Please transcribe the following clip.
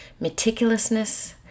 meticulousness